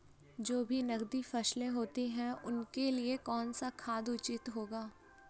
जो भी नकदी फसलें होती हैं उनके लिए कौन सा खाद उचित होगा?